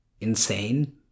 insane